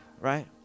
Right